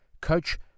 Coach